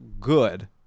good